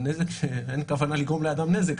אין כוונה לגרום לאדם נזק,